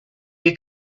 you